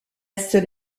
seule